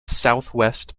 southwest